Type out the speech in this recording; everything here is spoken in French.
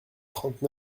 trente